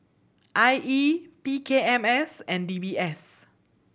I E P K M S and D B S